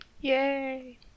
Yay